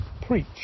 preach